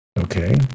Okay